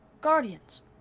guardians